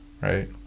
right